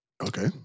Okay